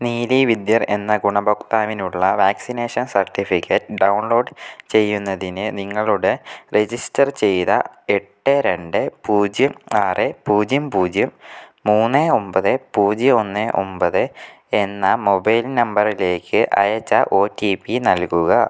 നീലി വിദ്യർ എന്ന ഗുണഭോക്താവിനുള്ള വാക്സിനേഷൻ സർട്ടിഫിക്കറ്റ് ഡൗൺലോഡ് ചെയ്യുന്നതിന് നിങ്ങളുടെ രജിസ്റ്റർ ചെയ്ത എട്ട് രണ്ട് പൂജ്യം ആറ് പൂജ്യം പൂജ്യം മൂന്ന് ഒൻപത് പൂജ്യം ഒന്ന് ഒൻപത് എന്ന മൊബൈൽ നമ്പറിലേക്ക് അയച്ച ഒ റ്റി പി നൽകുക